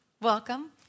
Welcome